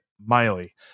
Miley